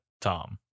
Tom